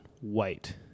white